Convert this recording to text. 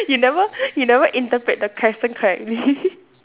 you never you never interpret the question correctly